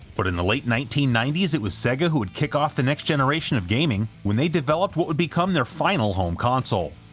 but in the late nineteen ninety s, it was sega who would kick off the next generation of gaming when they developed what would become their final home console.